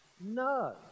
No